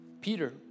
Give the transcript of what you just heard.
Peter